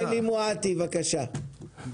מואטי, בבקשה.